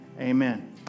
Amen